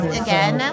again